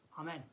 Amen